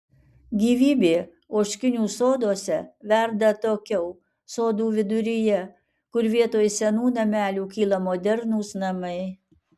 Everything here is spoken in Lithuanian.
gyvybė ožkinių soduose verda atokiau sodų viduryje kur vietoj senų namelių kyla modernūs namai